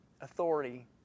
authority